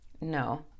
No